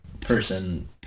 person